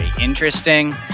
interesting